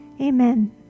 amen